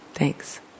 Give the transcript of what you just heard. Thanks